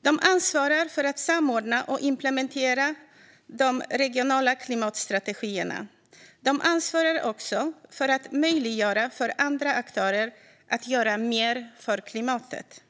De ansvarar för att samordna och implementera de regionala klimatstrategierna. De ansvarar också för att möjliggöra för andra aktörer att göra mer för klimatet.